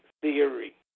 theory